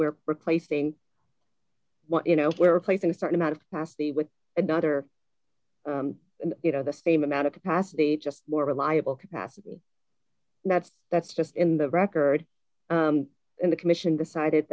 we're replacing well you know we're replacing a certain amount of capacity with another you know the same amount of capacity just more reliable capacity that's that's just in the record in the commission decided